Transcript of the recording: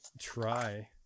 try